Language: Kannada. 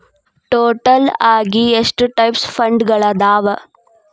ಟೋಟಲ್ ಆಗಿ ಎಷ್ಟ ಟೈಪ್ಸ್ ಫಂಡ್ಗಳದಾವ